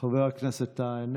חבר הכנסת טאהא,